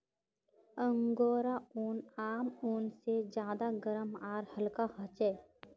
angora ऊन आम ऊन से ज्यादा गर्म आर हल्का ह छे